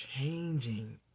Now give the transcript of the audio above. changing